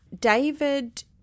david